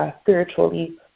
spiritually